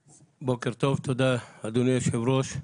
בוקר טוב, תודה אדוני היושב-ראש.